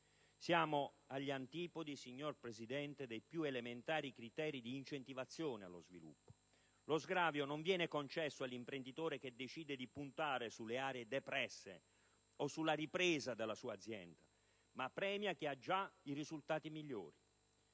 Siamo agli antipodi dei più elementari criteri di incentivazione allo sviluppo. Lo sgravio non viene concesso all'imprenditore che decide di puntare sulle aree depresse o sulla ripresa della sua azienda, ma premia chi ha già i risultati migliori.